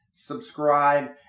subscribe